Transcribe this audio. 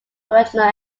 original